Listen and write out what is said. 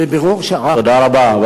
תודה רבה.